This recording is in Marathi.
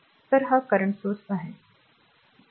तर हा current स्त्रोत आहे